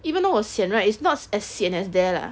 even though 我 sian right it's not as sian as there lah